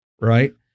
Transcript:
right